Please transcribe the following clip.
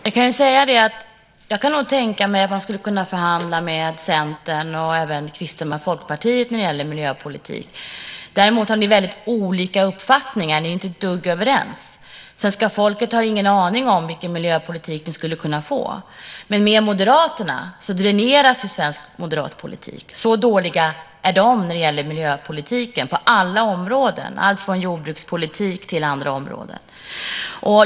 Herr talman! Jag kan nog tänka mig att förhandla med Centern och även med Kristdemokraterna och Folkpartiet när det gäller miljöpolitik. Men ni har väldigt olika uppfattningar. Ni är inte ett dugg överens. Svenska folket har ingen aning om vilken miljöpolitik de skulle få. Med Moderaterna, däremot, dräneras svensk miljöpolitik. Så dåliga är de när det gäller miljöpolitiken. Det gäller alla områden, alltifrån jordbrukspolitik till övriga områden.